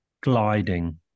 gliding